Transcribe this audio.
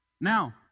Now